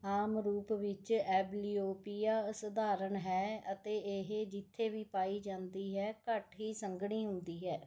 ਆਮ ਰੂਪ ਵਿੱਚ ਐਬਲੀਓਪੀਆ ਅਸਧਾਰਨ ਹੈ ਅਤੇ ਇਹ ਜਿੱਥੇ ਵੀ ਪਾਈ ਜਾਂਦੀ ਹੈ ਘੱਟ ਹੀ ਸੰਘਣੀ ਹੁੰਦੀ ਹੈ